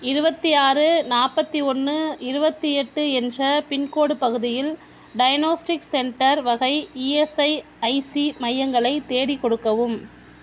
இருபத்தி ஆறு நாற்பத்தி ஒன்று இருபத்தி எட்டு என்ற பின்கோடு பகுதியில் டயக்னோஸ்டிக்ஸ் சென்டர் வகை இஎஸ்ஐசி மையங்களைத் தேடிக் கொடுக்கவும்